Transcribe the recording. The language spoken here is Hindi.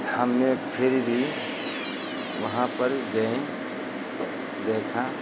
हमने फिर भी वहाँ पर गए देखा